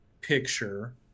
picture